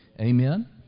Amen